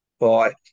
right